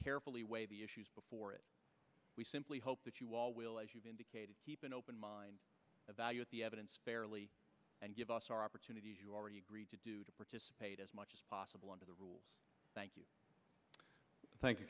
carefully weigh the issues before it we simply hope that you all will as you've indicated keep an open mind evaluate the evidence fairly and give us our opportunity who already agreed to do to participate as much as possible under the rules thank you thank